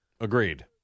Agreed